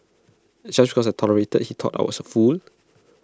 just because I tolerated he thought I was A fool